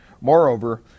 Moreover